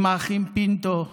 עם האחים פינטו,